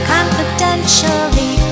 Confidentially